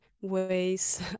ways